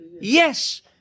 yes